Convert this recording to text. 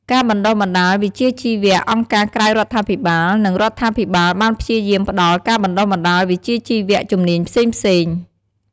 ការបណ្ដុះបណ្ដាលវិជ្ជាជីវៈ អង្គការក្រៅរដ្ឋាភិបាល និងរដ្ឋាភិបាលបានព្យាយាមផ្ដល់ ការបណ្ដុះបណ្ដាលវិជ្ជាជីវៈ ជំនាញផ្សេងៗ។